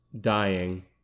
dying